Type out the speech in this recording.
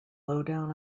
lowdown